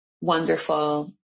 wonderful